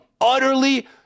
utterly